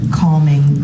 calming